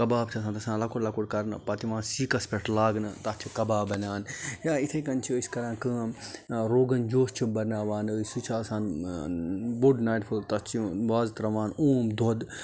کَباب چھُ آسان تتھ چھُ آسان لۄکُٹ لۄکُٹ کَرنہٕ پَتہٕ یِوان سیٖکَس پیٹھ لاگنہٕ تَتھ چھُ کَباب بَنان یا اِتھے کنۍ چھِ أسۍ کَران کٲم روگن جوش چھُ بَناوان أسۍ سُہ چھُ آسان بوٚڈ ناٹہِ پھوٚل تَتھ چھُ وازٕ تراوان اوم دۄد